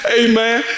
amen